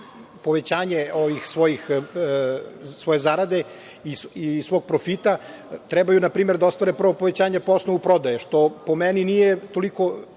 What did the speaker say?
povećanje svoje zarade i svog profita trebaju da ostvare prvo povećanje po osnovu prodaje, što po meni nije toliko